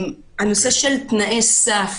בנושא תנאי סף